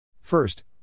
First